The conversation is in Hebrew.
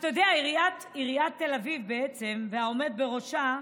אתה יודע, עיריית תל אביב והעומד בראשה,